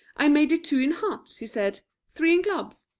i made it two in hearts. he said three in clubs,